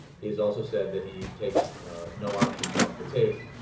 he has also said that he takes no options off the table.